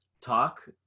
talk